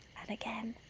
and again